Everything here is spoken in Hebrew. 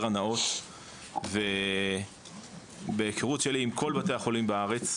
הנאות ובהיכרות שלי עם כל בתי החולים בארץ,